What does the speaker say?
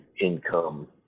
income